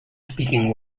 speaking